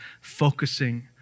focusing